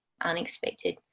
unexpected